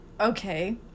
Okay